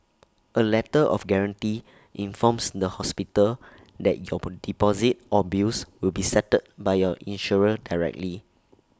A letter of guarantee informs the hospital that your deposit or bills will be settled by your insurer directly